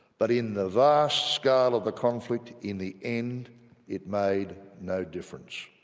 but in the vast scale of the conflict, in the end it made no difference.